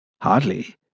Hardly